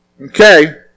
Okay